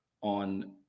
on